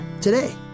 today